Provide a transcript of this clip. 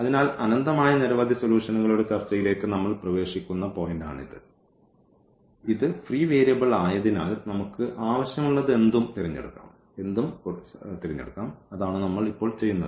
അതിനാൽ അനന്തമായ നിരവധി സൊലൂഷൻകളുടെ ചർച്ചയിലേക്ക് നമ്മൾ പ്രവേശിക്കുന്ന പോയിന്റ് ആണിത് ഇത് ഫ്രീ വേരിയബിൾ ആയതിനാൽ നമുക്ക് ആവശ്യമുള്ളതെന്തും തിരഞ്ഞെടുക്കാം അതാണ് നമ്മൾ ഇപ്പോൾ ചെയ്യുന്നത്